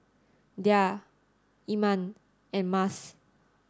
Dhia Iman and Mas